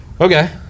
Okay